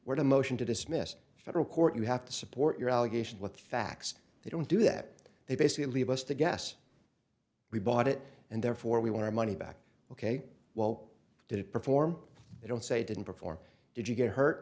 were the motion to dismiss federal court you have to support your allegation with facts they don't do that they basically leave us to guess we bought it and therefore we want our money back ok well did it perform they don't say it didn't before did you get hurt